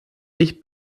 ich